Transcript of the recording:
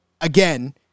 again